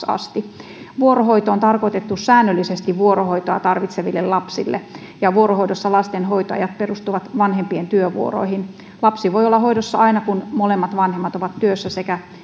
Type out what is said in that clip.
asti vuorohoito on tarkoitettu säännöllisesti vuorohoitoa tarvitseville lapsille ja vuorohoidossa lasten hoitoajat perustuvat vanhempien työvuoroihin lapsi voi olla hoidossa aina kun molemmat vanhemmat ovat työssä sekä